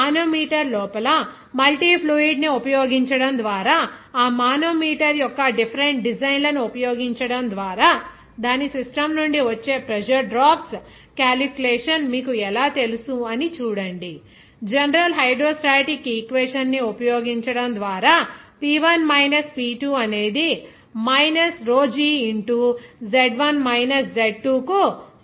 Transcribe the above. manometer లోపల multi fluid ని ఉపయోగించడం ద్వారా ఆ మానోమీటర్ యొక్క డిఫెరెంట్ డిజైన్లను ఉపయోగించడం ద్వారా దాని సిస్టమ్ నుండి వచ్చే ప్రెజర్ డ్రాప్స్ క్యాలిక్యులేషన్ మీకు ఎలా తెలుసు అని చూడండి జనరల్ హైడ్రోస్టాటిక్ ఈక్వేషన్ ని ఉపయోగించడం ద్వారా P1 మైనస్ P2 అనేది minus rho g into Z1 మైనస్ Z2 కు సమానం